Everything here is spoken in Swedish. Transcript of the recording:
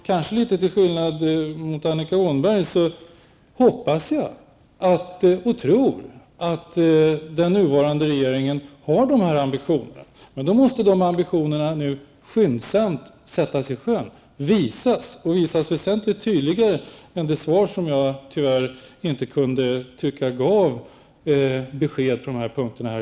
Kanske till skillnad mot Annika Åhnberg hoppas jag och tror att den nuvarande regeringen har ambitioner, men då måste de skyndsamt visas mycket tydligare. Jag kan inte tycka att svaret i dag gav besked på dessa punkter.